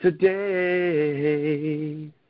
today